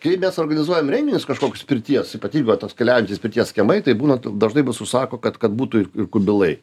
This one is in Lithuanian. kai mes organizuojam renginius kažkokius pirties ypatingai va toks keliaujantys pirties kiemai tai būna dažnai mus užsako kad kad būtų ir kubilai